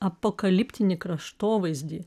apokaliptinį kraštovaizdį